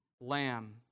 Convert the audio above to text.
lamb